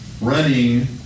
running